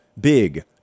big